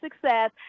success